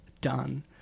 done